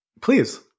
please